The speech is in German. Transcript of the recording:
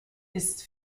ist